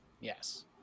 yes